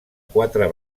quatre